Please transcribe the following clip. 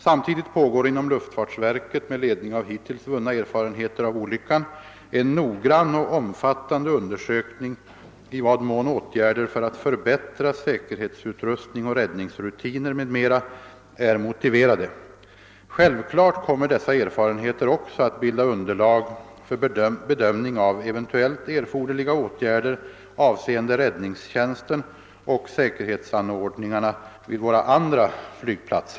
Samtidigt pågår inom luftfartsverket — med ledning av hittills vunna erfarenheter av olyckan — en noggrann och omfattande undersökning, i vad mån åtgärder för att förbättra säkerhetsutrustning och räddningsrutiner m.m. är motiverade.